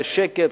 בשקט,